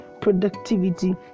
productivity